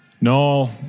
No